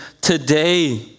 today